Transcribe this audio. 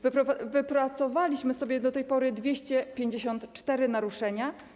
Wypracowaliśmy sobie do tej pory 254 naruszenia.